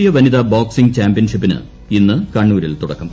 ദേശീയ വനിതാ ബോക്സിംഗ് ചാമ്പ്യൻഷിപ്പിന് ഇന്ന് കണ്ണൂരിൽ തുടക്കം